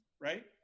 right